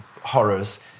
horrors